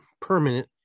permanent